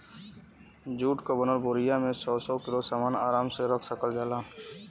जुट क बनल बोरिया में सौ सौ किलो सामन आराम से रख सकल जाला